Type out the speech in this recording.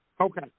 Okay